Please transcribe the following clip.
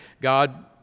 God